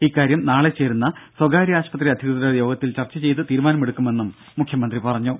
ഇക്കാര്യം നാളെ ചേരുന്ന സ്വകാര്യ ആശുപത്രി അധികൃതരുടെ യോഗത്തിൽ ചർച്ച ചെയ്ത് തീരുമാനമെടുക്കുമെന്ന് മുഖ്യമന്ത്രി പറഞ്ഞു